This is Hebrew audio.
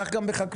כך גם בחקלאות.